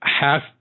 half